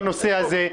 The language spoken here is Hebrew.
בנושא הזה.